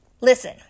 Listen